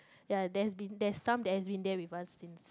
ya there's been there's some that has been there with us since